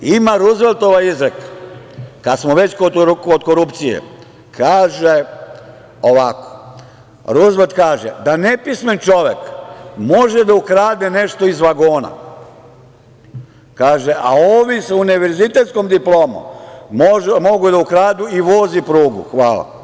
Ima Ruzveltova izreka, kad smo već kod korupcije, koja kaže ovako: „Nepismen čovek može da ukrade nešto iz vagona, a ovi sa univerzitetskom diplomom mogu da ukradu i voz i prugu.“ Hvala.